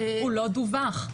הוא לא דווח,